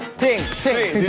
ting ting